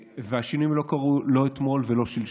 והשינויים לא קרו לא אתמול ולא שלשום.